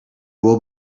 will